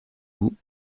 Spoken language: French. vous